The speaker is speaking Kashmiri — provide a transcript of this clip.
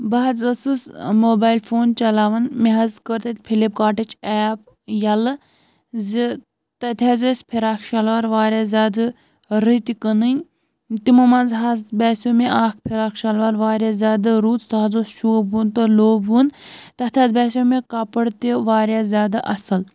بہٕ حظ ٲسٕس موبایِل فون چَلاوان مےٚ حظ کٔر تَتہِ فِلِپکاٹٕچ ایپ یَلہٕ زِ تَتہِ حظ ٲسۍ فِرٛاک شَلوار واریاہ زیادٕ رٕتۍ کٕنٕنۍ تِمو منٛز حظ باسیو مےٚ اَکھ فِرٛاک شَلور واریاہ زیادٕ رُت سُہ حظ اوس شوٗبوُن تہٕ لوٗبوُن تَتھ حظ باسیو مےٚ کَپُر تہِ واریاہ زیادٕ اَصٕل